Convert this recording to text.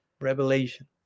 revelation